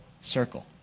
circle